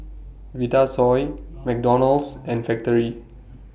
Vitasoy McDonald's and Factorie